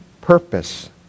purpose